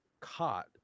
caught